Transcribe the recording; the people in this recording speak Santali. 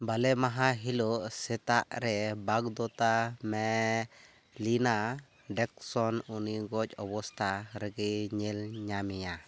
ᱵᱟᱞᱮ ᱢᱟᱦᱟ ᱦᱤᱞᱳᱜ ᱥᱮᱛᱟᱜ ᱨᱮ ᱵᱟᱜᱽᱫᱚᱛᱟ ᱢᱮᱞᱤᱱᱟ ᱰᱮᱠᱥᱚᱱ ᱩᱱᱤ ᱜᱚᱡ ᱚᱵᱚᱥᱛᱟ ᱨᱮᱜᱮᱭ ᱧᱮᱞᱧᱟᱢᱮᱭᱟ